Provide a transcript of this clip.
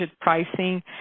pricing